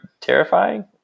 terrifying